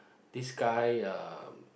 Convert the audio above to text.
this guy uh